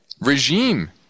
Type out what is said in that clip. regime